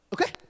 Okay